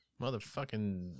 Motherfucking